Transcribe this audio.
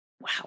Wow